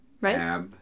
Right